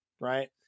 right